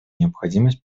необходимость